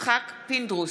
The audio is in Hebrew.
יצחק פינדרוס,